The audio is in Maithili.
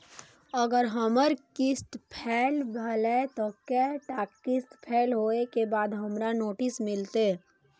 अगर हमर किस्त फैल भेलय त कै टा किस्त फैल होय के बाद हमरा नोटिस मिलते?